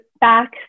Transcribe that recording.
back